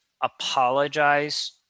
apologize